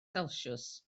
celsius